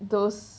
those